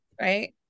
right